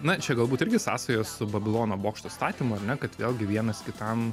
na čia galbūt irgi sąsajos su babilono bokšto statymu ar ne kad vėlgi vienas kitam